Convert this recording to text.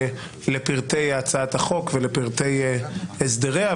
לפרטי הצעת החוק ולפרטי הסדריה,